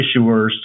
issuers